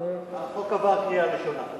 החוק עבר בקריאה ראשונה.